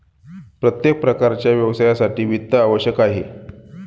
प्रत्येक प्रकारच्या व्यवसायासाठी वित्त आवश्यक आहे